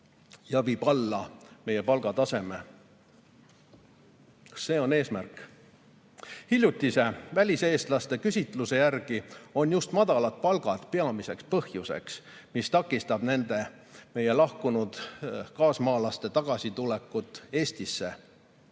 ja viib alla meie palgataseme. Kas see on eesmärk? Hiljutise väliseestlaste küsitluse järgi on just madalad palgad peamiseks põhjuseks, mis takistab nende, meie lahkunud kaasmaalaste tagasitulekut Eestisse.